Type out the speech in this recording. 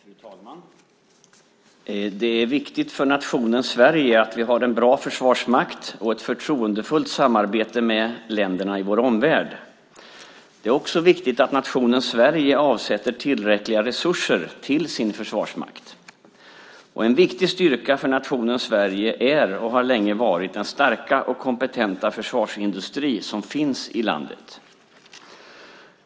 Fru talman! Det är viktigt för nationen Sverige att vi har en bra försvarsmakt och ett förtroendefullt samarbete med länderna i vår omvärld. Det är också viktigt att nationen Sverige avsätter tillräckliga resurser till sin försvarsmakt. Och en viktig styrka för nationen Sverige är och har länge varit den starka och kompetenta försvarsindustri som finns i landet.